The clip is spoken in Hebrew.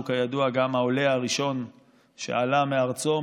שהוא כידוע גם העולה הראשון שעלה מארצו,